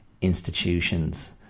institutions